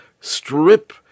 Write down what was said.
strip